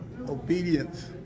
obedience